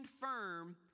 firm